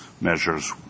measures